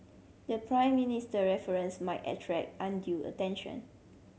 the Prime Minister reference might attract undue attention